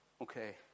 Okay